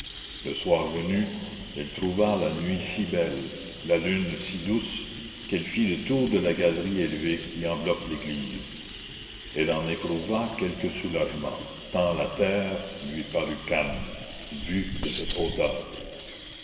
le soir venu elle trouva la nuit si belle la lune si douce qu'elle fit le tour de la galerie élevée qui enveloppe l'église elle en éprouva quelque soulagement tant la terre lui parut calme vue de cette hauteur